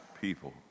people